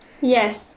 Yes